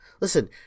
Listen